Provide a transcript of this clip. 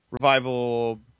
Revival